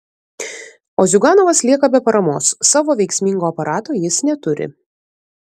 o ziuganovas lieka be paramos savo veiksmingo aparato jis neturi